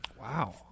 Wow